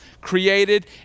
created